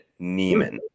Neiman